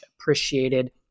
appreciated